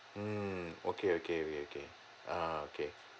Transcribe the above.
mm okay okay okay okay ah okay